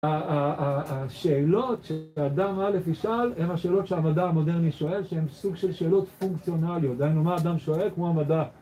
השאלות שהאדם א' ישאל, הן השאלות שהמדע המודרני שואל, שהן סוג של שאלות פונקציונליות, דהיינו, מה האדם שואל, כמו המדע.